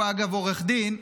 הוא, אגב, עורך דין.